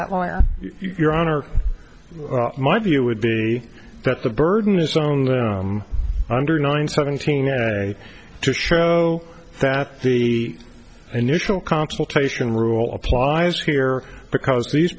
that lawyer your honor my view would be that the burden is only under nine seventeen to show that the initial consultation rule applies here because these